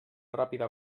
ràpida